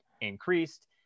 increased